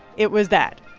it was that.